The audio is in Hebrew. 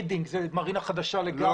רידינג שהיא מרינה חדשה לגמרי.